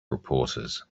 reporters